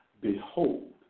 Behold